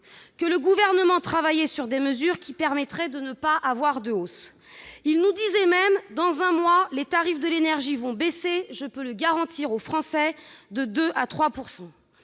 que le Gouvernement travaillait sur des mesures qui permettraient de ne pas avoir de hausse. Il nous disait même :« Dans un mois, les tarifs de l'énergie vont baisser, je peux le garantir aux Français, de 2 % à 3 %.»